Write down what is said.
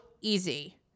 easy